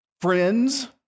friends